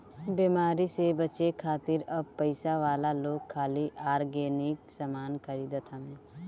बेमारी से बचे खातिर अब पइसा वाला लोग खाली ऑर्गेनिक सामान खरीदत हवे